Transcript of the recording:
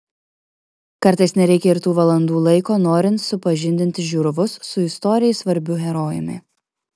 kartais nereikia ir tų valandų laiko norint supažindinti žiūrovus su istorijai svarbiu herojumi